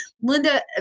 Linda